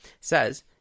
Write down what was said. says